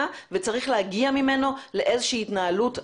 וצריך להגיע ממנו לאיזושהי התנהלות אחרת.